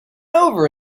over